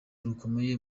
rukomeye